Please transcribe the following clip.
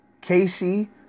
Casey